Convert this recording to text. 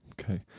Okay